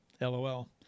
LOL